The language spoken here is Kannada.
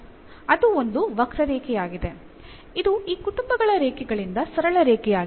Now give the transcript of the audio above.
ಅದು ಒಂದು ವಕ್ರರೇಖೆಯಾಗಿದೆ ಇದು ಈ ಕುಟುಂಬಗಳ ರೇಖೆಗಳಿಂದ ಸರಳ ರೇಖೆಯಾಗಿದೆ